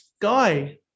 Guy